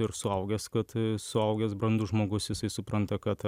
ir suaugęs kad suaugęs brandus žmogus jisai supranta kad